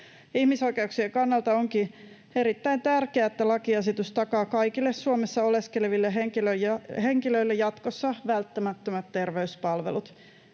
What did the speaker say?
Ihmisoikeuksien kannalta onkin erittäin tärkeää, että lakiesitys takaa kaikille Suomessa oleskeleville henkilöille jatkossa välttämättömät terveyspalvelut.